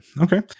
Okay